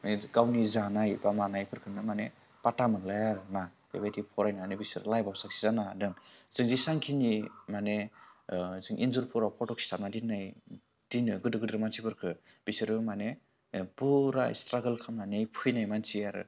माने गावनि जानाय बा मानायफोरखौनो माने पात्ता मोनलाया आरो ना बेबायदि फरायनानै बिसोरो लाइफआव साक्सेस जानो हादों जों जेसेंबांखिनि माने जों इन्जुरफोराव फट' सिथाबना दोननाय दोनो गिदिर गिदिर मानसिफोरखौ बिसोरो माने पुरा स्ट्रागाल खालामनानै फैनाय मानसि आरो